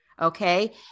Okay